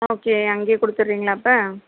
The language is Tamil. ஓகே அங்கே கொடுத்துறீங்களா அப்போ